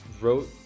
wrote